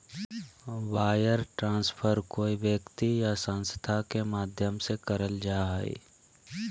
wire transfer कोय व्यक्ति या संस्था के माध्यम से करल जा हय